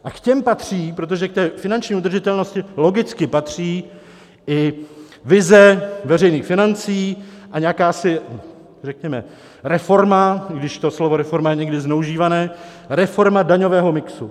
A k těm patří, protože k finanční udržitelnosti logicky patří i vize veřejných financí a jakási řekněme reforma, i když to slovo reforma je někdy zneužíváno, reforma daňového mixu.